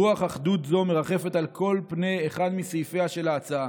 רוח אחדות זו מרחפת על פני כל אחד מסעיפיה של ההצעה.